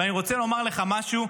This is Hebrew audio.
אני רוצה לומר לך משהו,